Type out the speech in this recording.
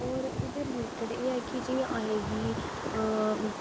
होर एह्दे रिलेटेड एह् ऐ कि जि'यां असें गी